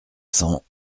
cents